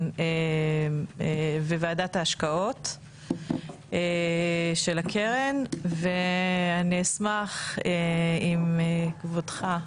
וועדת ההשקעות של הקרן ואני אשמח אם כבודך,